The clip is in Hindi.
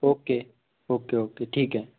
ओके ओके ओके ठीक है